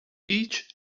each